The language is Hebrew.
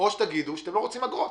או שתגידו שאתם לא רוצים אגרות,